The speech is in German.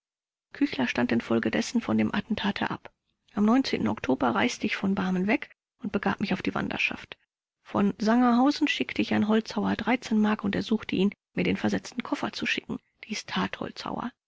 küchler stand infolgedessen von dem attentate ab am oktober reiste ich von barmen weg und begab mich auf die wanderschaft von sangerhausen schickte ich an holzhauer mark und ersuchte ihn mir den versetzten koffer zu schicken dies tat